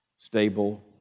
Stable